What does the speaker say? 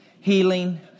healing